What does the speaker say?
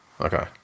Okay